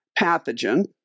pathogen